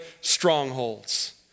strongholds